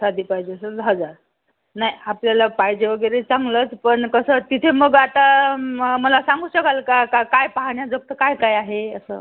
साधी पाहिजे असेल त हजार नाही आपल्याला पाहिजे वगैरे चांगलंच पण कसं तिथे मग आता म मला सांगू शकाल का काय पाहण्याजोगं काय काय आहे असं